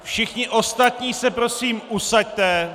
Všichni ostatní se prosím usaďte.